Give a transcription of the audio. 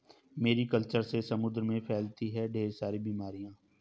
Mary culture से समुद्र में फैलती है ढेर सारी बीमारियां